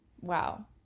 wow